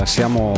Siamo